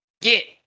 get